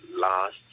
last